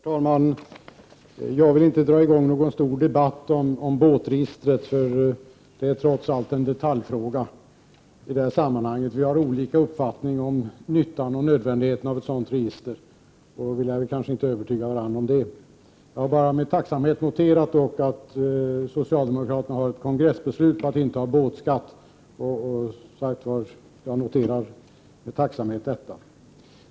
Herr talman! Jag vill inte dra i gång någon stor debatt om båtregistret, eftersom det trots allt är en detaljfråga i sammanhanget. Vi har olika uppfattningar om nyttan och nödvändigheten av ett sådant register, och vi lär väl knappast kunna övertyga varandra. Jag har bara med tacksamhet noterat att socialdemokraterna har ett kongressbeslut på att man inte skall införa någon båtskatt.